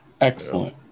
excellent